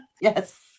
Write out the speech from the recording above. Yes